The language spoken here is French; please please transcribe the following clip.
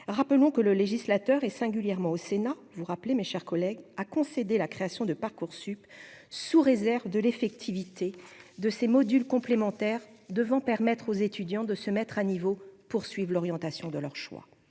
rappelons que le législateur et singulièrement au Sénat vous rappeler, mes chers collègues, a concédé la création de Parcoursup sous réserve de l'effectivité de ces modules complémentaires devant permettre aux étudiants de se mettre à niveau poursuivent l'orientation de leur choix,